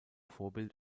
vorbild